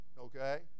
Okay